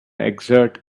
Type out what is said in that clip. exert